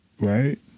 Right